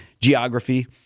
geography